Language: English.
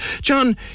John